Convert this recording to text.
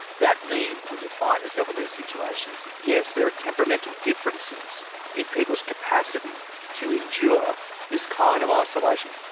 that means when you find yourself in these situations, yes, there are temperamental differences in people's capacity to endure this kind of isolation.